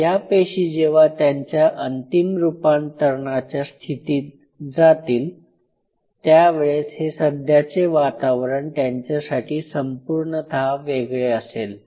या पेशी जेव्हा त्यांच्या अंतिम रूपांतरणाच्या स्थितीत जातील त्यावेळेस हे सध्याचे वातावरण त्यांच्यासाठी संपूर्णतः वेगळे असेल